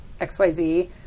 XYZ